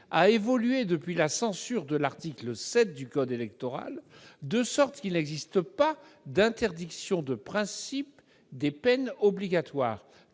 a évolué depuis la censure de l'article 7 du code électoral, de sorte qu'il n'existe pas d'interdiction de principe des peines obligatoires.